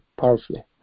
powerfully